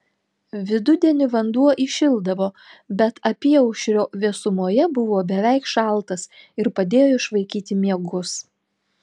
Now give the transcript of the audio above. vidudienį vanduo įšildavo bet apyaušrio vėsumoje buvo beveik šaltas ir padėjo išvaikyti miegus